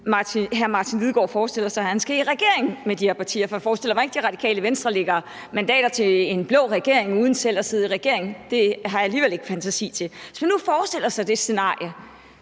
Martin Lidegaard forestiller sig, at han skal i regering med de her partier, for jeg forestiller mig ikke, at Radikale Venstre lægger mandater til en blå regering uden selv at sidde i regering – det har jeg alligevel ikke fantasi til at forestille mig – vil